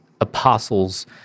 apostles